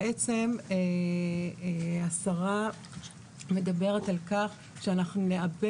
בעצם השרה מדברת על כך שאנחנו נעבה